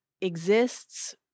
exists